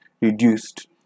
reduced